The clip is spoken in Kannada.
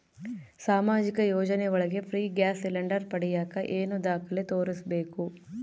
ಸಾಮಾಜಿಕ ಯೋಜನೆ ಒಳಗ ಫ್ರೇ ಗ್ಯಾಸ್ ಸಿಲಿಂಡರ್ ಪಡಿಯಾಕ ಏನು ದಾಖಲೆ ತೋರಿಸ್ಬೇಕು?